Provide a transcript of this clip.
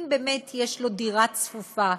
אם באמת יש לו דירה קטנה וצפופה,